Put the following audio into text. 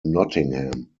nottingham